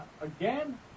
again